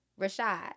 Rashad